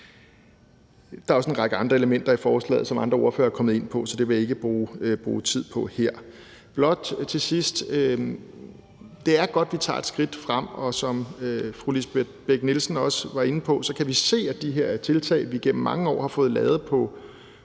Der er også en række andre elementer i forslaget, som andre ordførere er kommet ind på, så det vil jeg ikke bruge tid på her. Jeg vil blot til sidst sige, at det er godt, at vi tager et skridt frem, og som fru Lisbeth Bech-Nielsen også var inde på, kan vi se, at de her tiltag, som vi igennem mange år har fået lavet på